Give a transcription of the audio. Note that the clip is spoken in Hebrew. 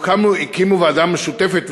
והקימו ועדה משותפת,